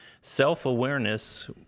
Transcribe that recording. Self-awareness